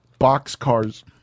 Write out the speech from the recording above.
boxcars